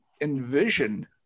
envision